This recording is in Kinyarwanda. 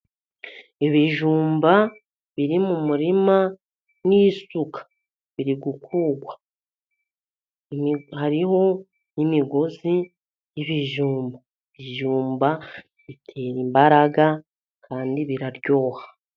Ibijumba biri mu murima n'isuka biri gukurwa hariho n'imigozi y’ibijumba, ibijumba bitera imbaraga kandi biraryoha.